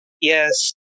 Yes